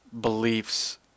beliefs